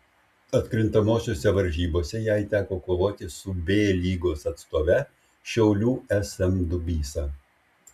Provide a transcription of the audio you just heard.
atkrintamosiose varžybose jai teko kovoti su b lygos atstove šiaulių sm dubysa